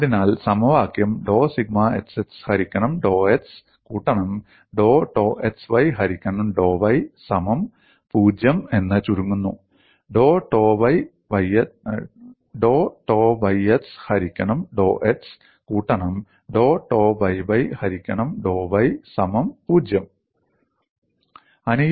അതിനാൽ സമവാക്യം ഡോ സിഗ്മ xx ഹരിക്കണം ഡോ x കൂട്ടണം ഡോ ടോ xy ഹരിക്കണം ഡോ y സമം 0 എന്ന് ചുരുങ്ങുന്നു ഡോ ടോ yx ഹരിക്കണം ഡോ x കൂട്ടണം ഡോ ടോ yy ഹരിക്കണം ഡോ y സമം 0